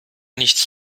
nichts